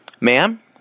Ma'am